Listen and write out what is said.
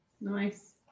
nice